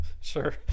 Sure